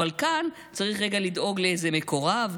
אבל כאן צריך רגע לדאוג לאיזה מקורב,